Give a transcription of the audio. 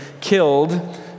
killed